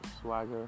swagger